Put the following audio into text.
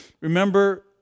Remember